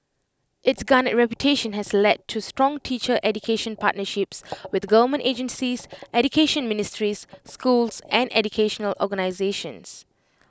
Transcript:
its garnered reputation has led to strong teacher education partnerships with government agencies education ministries schools and educational organisations